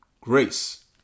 grace